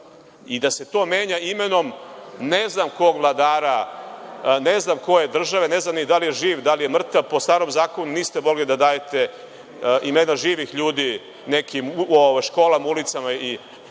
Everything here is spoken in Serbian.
i da se to menja imenom ne znam kog vladara ne znam koje države, ne znam ni da li je živ, da li je mrtav. Po starom zakonu niste mogli da dajete imena živih ljudi školama, ulicama i